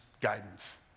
guidance